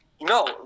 No